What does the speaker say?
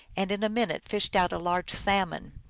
and in a minute fished out a large salmon.